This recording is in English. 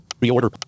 Reorder